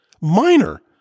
Minor